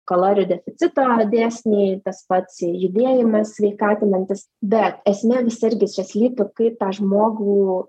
kalorijų deficito dėsniai tas pats judėjimas sveikatinantis bet esmė visa irgi čia slypi kaip tą žmogų